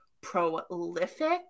prolific